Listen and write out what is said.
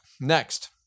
Next